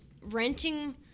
renting